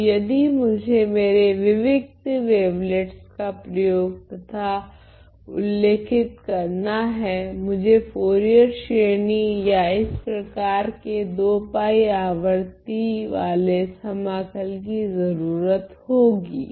अब यदि मुझे मेरे विविक्त वेवलेट्स का प्रयोग तथा उल्लेखित करना है मुझे फुरियर श्रेणी या इस प्रकार के आवृति वाले समाकल कि जरूरत होगी